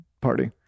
party